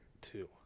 two